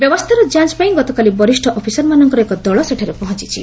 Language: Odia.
ବ୍ୟବସ୍ଥାର ଯାଞ୍ଚ ପାଇଁ ଗତକାଲି ବରିଷ୍ଠ ଅଫିସରମାନଙ୍କର ଏକ ଦଳ ସେଠାରେ ପହଞ୍ଚୁଛନ୍ତି